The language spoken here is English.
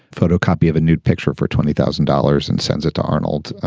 photocopy of a nude picture for twenty thousand dollars and sends it to arnold.